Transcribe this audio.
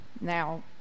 Now